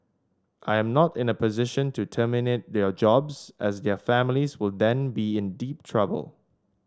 I am not in a position to terminate their jobs as their families will then be in deep trouble